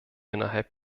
innerhalb